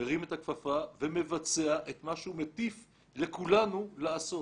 מרים את הכפפה ומבצע את מה שהוא מטיף לכולנו לעשות.